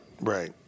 right